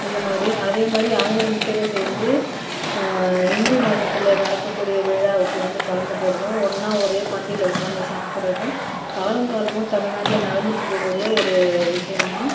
இந்தமாதிரி அதேமாதிரி அவங்க ரெண்டு பேரும் சேர்ந்து இந்து மதத்தில் நடக்கக்கூடிய விழாவுக்கு வந்து கலந்துக்கிறதும் ஒன்றா ஒரே பந்தியில் உட்காந்து சாப்பிட்றதும் காலம் காலமாக தமிழ்நாட்டில நடந்துகிட்ருக்கக்கூடிய ஒரு விஷயமாக